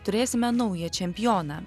turėsime naują čempioną